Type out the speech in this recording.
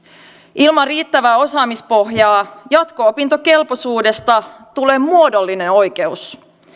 ilman riittävää osaamispohjaa jatko opintokelpoisuudesta tulee muodollinen oikeus